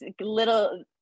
little